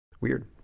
weird